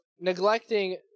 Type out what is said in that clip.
neglecting